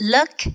Look